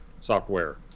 software